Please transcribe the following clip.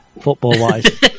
football-wise